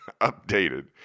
updated